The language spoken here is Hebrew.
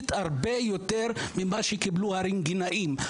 גרעינית הרבה יותר ממה שקיבלו הרנטגנאים.